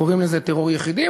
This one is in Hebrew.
קוראים לזה "טרור יחידים",